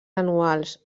anuals